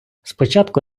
спочатку